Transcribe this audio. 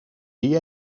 die